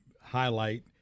highlight